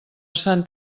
sant